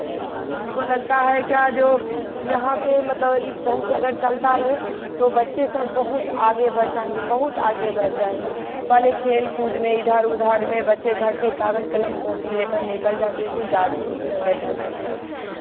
हमको लगता है क्या जो यहाँ पे मतलब इस ढंग से मतलब चलता रहे तो बच्चे सब बहुत आगे बढ़ जायेंगे बहुत आगे बढ़ जायेंगे पहले खेल कूद में इधर उधर में बच्चे घर से कागज़ कलम कॉपी लेकर निकल जाते थे गाछी उछी में बैठल रहते थे